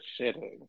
shitting